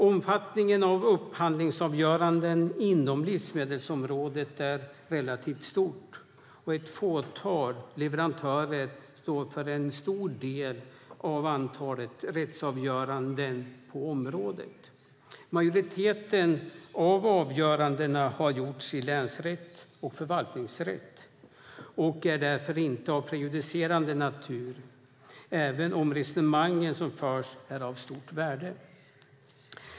Omfattningen av upphandlingsavgöranden inom livsmedelsområdet är relativt stor, och ett fåtal leverantörer står för en stor del av antalet rättsavgöranden på området. Majoriteten av avgörandena har gjorts i länsrätt och förvaltningsrätt och är därför inte av prejudicerande natur även om resonemangen som förs är av stort värde.